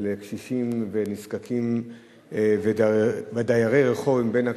קשישים ונזקקים ודיירי רחוב מבין הקשישים,